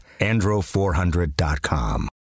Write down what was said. andro400.com